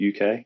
uk